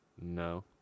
No